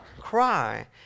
cry